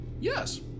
Yes